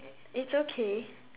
it's okay